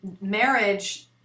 marriage